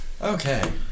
Okay